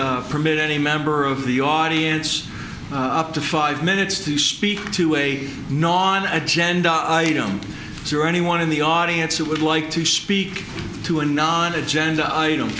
permit any member of the audience up to five minutes to speak to a non agenda item is there anyone in the audience who would like to speak to a non agenda item